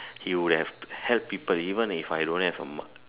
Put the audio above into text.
he would have helped people even if I don't have a mark